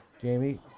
Jamie